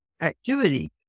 activity